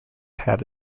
had